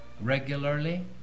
regularly